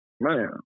Man